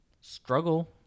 struggle